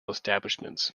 establishments